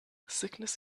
sickness